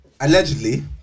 allegedly